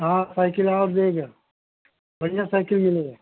हाँ साइकिल आओ देगा बढ़िया साइकिल मिलेगा